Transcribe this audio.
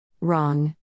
Wrong